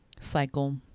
cycle